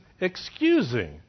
excusing